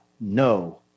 no